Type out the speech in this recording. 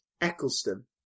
Eccleston